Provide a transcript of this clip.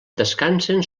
descansen